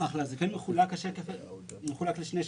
השקף הזה מחולק לשני שקפים.